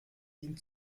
ihn